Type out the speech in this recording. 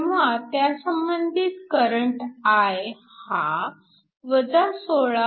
तेव्हा त्यासंबंधित current I हा 16